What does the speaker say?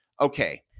Okay